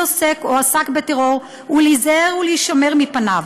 עוסק או עסק בטרור ולהיזהר ולהישמר מפניו.